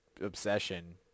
obsession